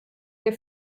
wir